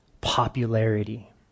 popularity